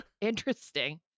Interesting